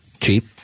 Cheap